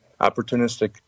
opportunistic